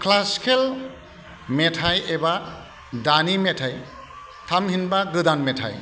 classical मेथाइ एबा दानि मेथाइ थामहिनबा गोदान मेथाइ